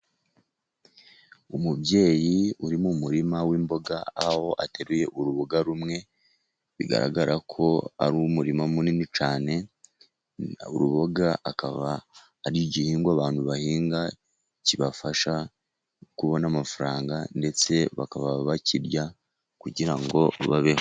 Umubyeyi uri mu murima w'imboga aho ateruye uruboga rumwe, bigaragara ko ari umurimo munini cyane, uruboga akaba ari igihingwa abantu bahinga kibafasha kubona amafaranga, ndetse bakaba bakirya, kugira ngo babeho.